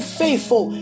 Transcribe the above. faithful